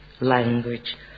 language